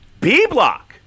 B-Block